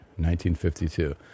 1952